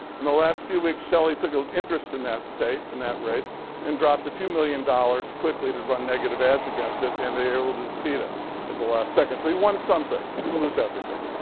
in the last few weeks, shelly took an interest in that state in that race and dropped a few million dollars quickly to run negative ads against it and was able to defeat it at the last second. so he won some things. he didn't lose everything.